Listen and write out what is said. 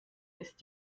ist